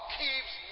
keeps